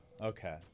Okay